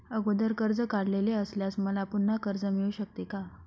अगोदर कर्ज काढलेले असल्यास मला पुन्हा कर्ज मिळू शकते का?